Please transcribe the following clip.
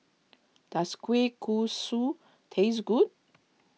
does Kueh Kosui taste good